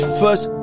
first